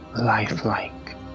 lifelike